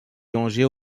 longeait